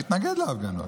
שהתנגד להפגנות,